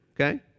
okay